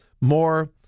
more